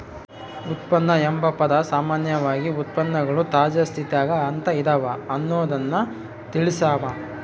ಉತ್ಪನ್ನ ಎಂಬ ಪದ ಸಾಮಾನ್ಯವಾಗಿ ಉತ್ಪನ್ನಗಳು ತಾಜಾ ಸ್ಥಿತಿಗ ಅಂತ ಇದವ ಅನ್ನೊದ್ದನ್ನ ತಿಳಸ್ಸಾವ